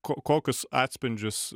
ko kokius atspindžius